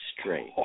straight